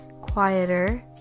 quieter